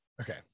Okay